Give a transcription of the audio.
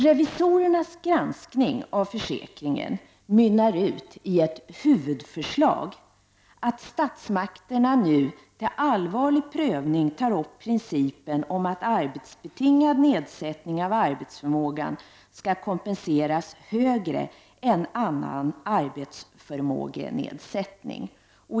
Revisorernas granskning av försäkringen mynnar ut i ett huvudförslag — att statsmakterna nu tar upp till allvarlig prövning principen om att arbetsbetingad nedsättning av arbetsförmågan skall kompenseras mer än annan arbetsförmågenedsättning.